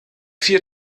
vier